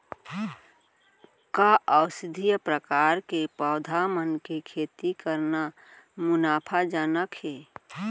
का औषधीय प्रकार के पौधा मन के खेती करना मुनाफाजनक हे?